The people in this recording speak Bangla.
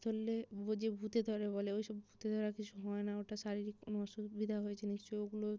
ভূতে ধরলে ও যে ভূতে ধরে বলে ওই সব ভূতে ধরা কিছু হয় না ওটা শারীরিক কোনো অসুবিধা হয়েছে নিশ্চয়ই ওগুলো